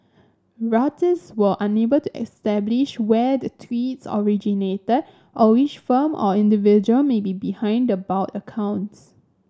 Reuters were unable to establish where the tweets originated or which firm or individual may be behind the bot accounts